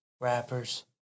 rappers